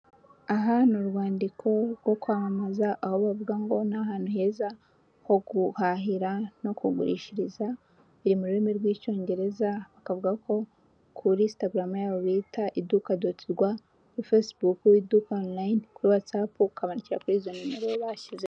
Aha ni urwandiko rwo kwamamaza, aho bavuga ngo nihantu heza ho guhahira no kugurishiriza, biri mu rurimi rw'icyongereza bakavuga ko kuri insitagaramu yabo bita idukadotirwa, kuri fesibuku: iduka onirine, kuri watsapu ukabandikira kuri nimero bashyizeho.